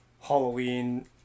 Halloween